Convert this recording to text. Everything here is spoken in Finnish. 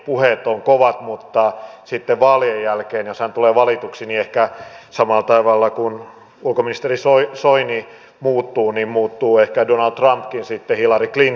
puheet ovat kovat mutta sitten vaalien jälkeen jos hän tulee valituksi ehkä samalla tavalla kuin ulkoministeri soini muuttuu muuttuu ehkä donald trumpkin sitten hillary clintoniksi